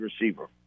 receiver